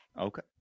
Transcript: Okay